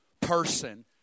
person